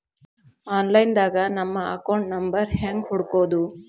Online ದಾಗ ನಮ್ಮ account number ಹೆಂಗ್ ಹುಡ್ಕೊದು?